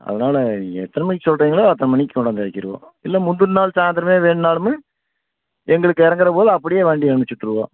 அதனால எத்தனை மணிக்கு சொல்கிறீங்களோ அத்தனை மணிக்கு கொண்டாந்து இறக்கிடுவோம் இல்லை முந்தின நாள் சாயந்திரமே வேணுனாலுமே எங்களுக்கு இறங்கிறபோது அப்படியே அனுப்பிச்சு விட்டுருவோம்